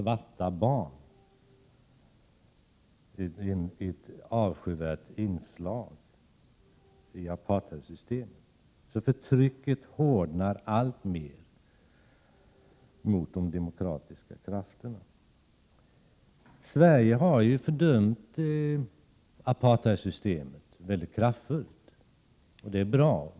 Det är ett avskyvärt inslag i apartheidsystemet. Förtrycket mot de demokratiska krafterna hårdnar alltmer. Sverige har fördömt apartheidsystemet mycket kraftfullt, och det är bra.